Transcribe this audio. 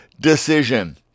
decision